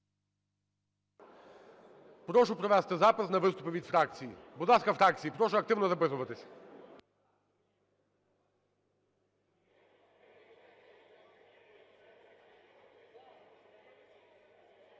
Прошу провести запис на виступи від фракцій. Будь ласка, фракції, прошу активно записуватись.